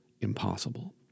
impossible